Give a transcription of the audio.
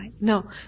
No